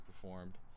performed